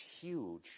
huge